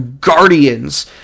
Guardians